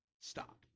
Stop